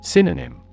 Synonym